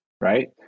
right